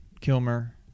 Kilmer